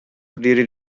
berdiri